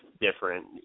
different